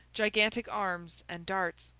gigantic arms and darts.